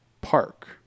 Park